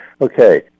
Okay